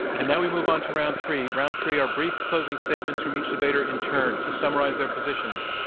and now we move on to round three. round three are brief closing statements from each debater in turn to summarize their positions.